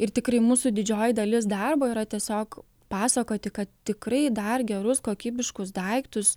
ir tikrai mūsų didžioji dalis darbo yra tiesiog pasakoti kad tikrai dar gerus kokybiškus daiktus